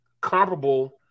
comparable